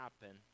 happen